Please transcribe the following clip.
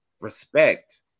respect